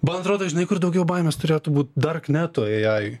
man atrodo žinai kur daugiau baimės turėtų būt dark neto eai